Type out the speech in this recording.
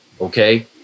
okay